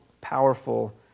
powerful